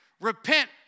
Repent